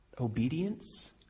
Obedience